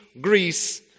Greece